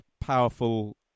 powerful